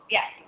Yes